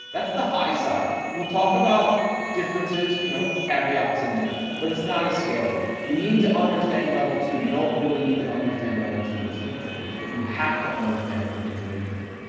that's the high side. we'll talk about differences, you know caveats in there, but it's not as scalable. you need to understand level two. you don't really need to understand level two for swing trading. but you have to understand it for intraday trading.